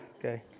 Okay